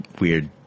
weird